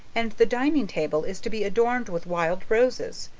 and the dining table is to be adorned with wild roses.